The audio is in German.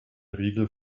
riegel